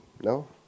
No